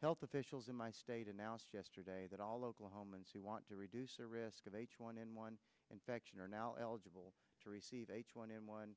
health officials in my state announced yesterday that all oklahomans who want to reduce their risk of h one n one infection are now eligible to receive h one n one